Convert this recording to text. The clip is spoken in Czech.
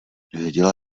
věděla